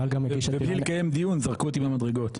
עוד ובלי לקיים דיון זרקו אותי מכל המדרגות,